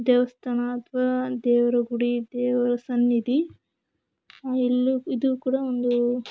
ದೇವಸ್ಥಾನ ಅಥವಾ ದೇವರಗುಡಿ ದೇವರ ಸನ್ನಿಧಿ ಇಲ್ಲೂ ಇದೂ ಕೂಡ ಒಂದು